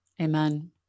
Amen